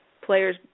players